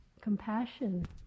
Compassion